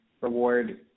reward